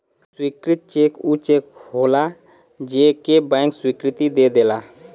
स्वीकृत चेक ऊ चेक होलाजे के बैंक स्वीकृति दे देला